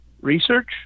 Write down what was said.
research